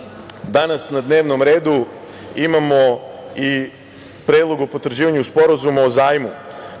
zakon. Danas na dnevnom redu imamo i Predlog o potvrđivanju Sporazuma o zajmu